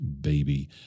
baby